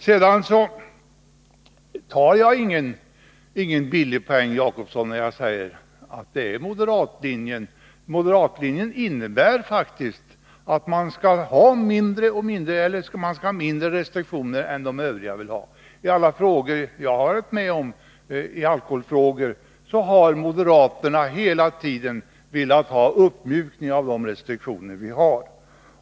Jag tar ingen billig poäng, Egon Jacobsson, när jag talar om ”moderatlinjen”. Moderatlinjen innebär faktiskt att man vill ha mindre restriktioner än övriga vill ha. I alla alkoholfrågor som jag har varit med om att behandla har moderaterna hela tiden velat ha uppmjukningar av de restriktioner vi har.